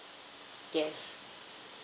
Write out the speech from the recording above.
yes